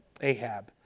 Ahab